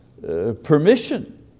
permission